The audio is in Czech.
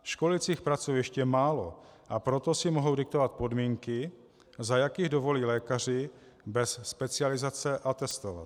Školicích pracovišť je málo, a proto si mohou diktovat podmínky, za jakých dovolí lékaři bez specializace atestovat.